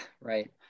Right